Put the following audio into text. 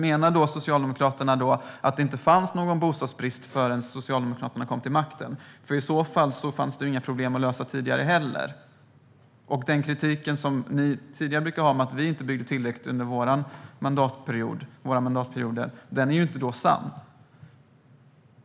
Menar Socialdemokraterna att det inte fanns någon bostadsbrist förrän Socialdemokraterna kom till makten? I så fall fanns det heller inga problem att lösa tidigare. Den kritik som ni tidigare brukade ha om att vi inte byggde tillräckligt under våra mandatperioder är då inte sann.